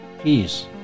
peace